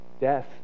death